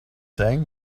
saying